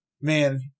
man